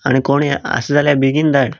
आनी कोण आसा जाल्यार बेगीन धाड